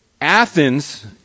Athens